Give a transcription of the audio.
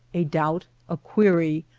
a doubt, a query,